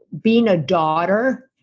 being a daughter,